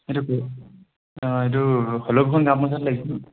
এইটো অঁ এইটো গাঁও পঞ্চায়ত লাগিছিল ন